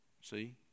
see